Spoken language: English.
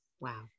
Wow